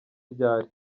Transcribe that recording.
ryari